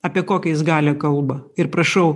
apie kokią jis galią kalba ir prašau